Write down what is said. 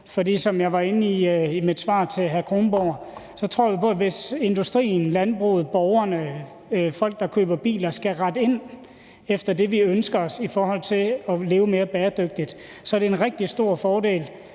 for som jeg var inde på i mit svar til hr. Anders Kronborg, tror vi på, at hvis industrien, landbruget, borgerne, folk, der køber biler, skal rette ind efter det, som vi ønsker os, når det gælder om at leve mere bæredygtigt, er det en rigtig stor fordel,